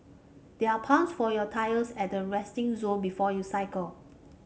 there are pumps for your tyres at the resting zone before you cycle